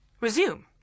Resume